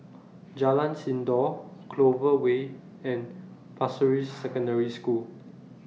Jalan Sindor Clover Way and Pasir Ris Secondary School